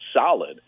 solid